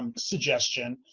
um suggestion.